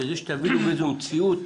כדי שתביני באיזו מציאות.